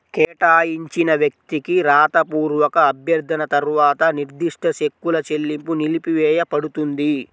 కేటాయించిన వ్యక్తికి రాతపూర్వక అభ్యర్థన తర్వాత నిర్దిష్ట చెక్కుల చెల్లింపు నిలిపివేయపడుతుంది